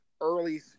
early